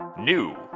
New